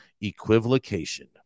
equivocation